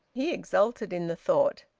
he exulted in the thought.